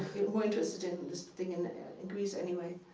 more interested in this thing in in greece anyway.